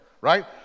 right